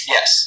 Yes